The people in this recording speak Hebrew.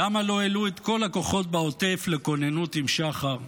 למה לא העלו את כל הכוחות בעוטף לכוננות עם שחר?